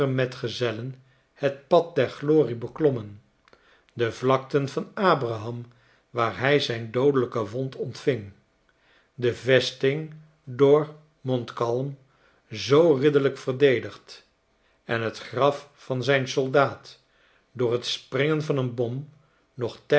metgezellen het pad der glorie beklommen de vlakten van abraham waar hij zijn doodelijke wond ontving de vesting door montcalm zoo ridderlijk verdedigd en het graf van zijn soldaat door t springen van een bom nog